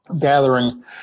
gathering